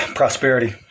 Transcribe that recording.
prosperity